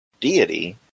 deity